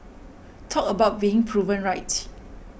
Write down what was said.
talk about being proven right